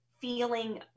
feeling